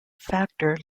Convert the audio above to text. factor